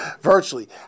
virtually